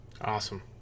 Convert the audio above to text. awesome